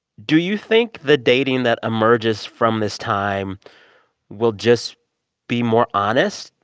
do you think the dating that emerges from this time will just be more honest?